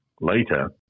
later